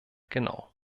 genau